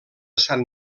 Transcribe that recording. sant